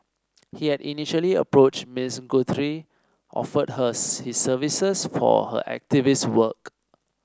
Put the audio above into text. he had initially approached Miss Guthrie offering her his services for her activist work